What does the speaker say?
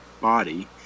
body